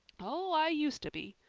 oh, i used to be.